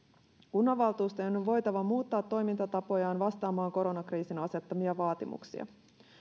kunnanvaltuustojen on voitava muuttaa toimintatapojaan vastaamaan koronakriisin asettamia vaatimuksia